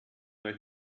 euch